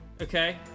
Okay